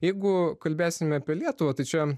jeigu kalbėsime apie lietuvą tai čia